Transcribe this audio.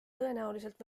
tõenäoliselt